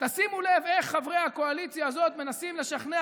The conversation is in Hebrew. תשימו לב איך חברי הקואליציה הזאת מנסים לשכנע